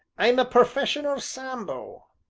i'm a perfessional sambo.